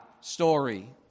story